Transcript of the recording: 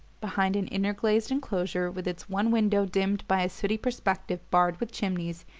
behind an inner glazed enclosure, with its one window dimmed by a sooty perspective barred with chimneys,